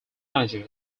manager